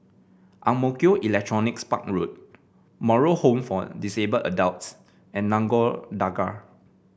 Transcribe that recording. Ang Mo Kio Electronics Park Road Moral Home for Disabled Adults and Nagore Dargah